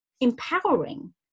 empowering